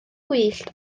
gwyllt